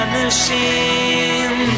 machine